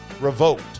revoked